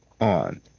on